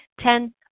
Ten